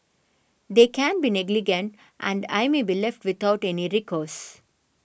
they can be negligent and I may be left without any recourse